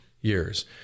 years